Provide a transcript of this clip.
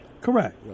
Correct